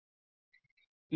ई plane क्या है